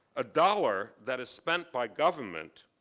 a dollar that is spent by government